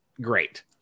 great